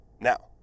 Now